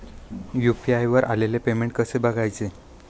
UPI वर आलेले payment कसे बघायचे?